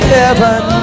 heaven